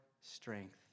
strength